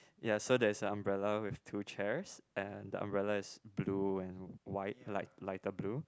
yes so there's a umbrella with two chairs and the umbrella is blue and white like lighter blue